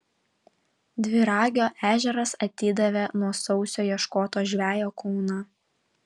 dviragio ežeras atidavė nuo sausio ieškoto žvejo kūną